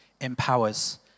empowers